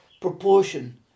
proportion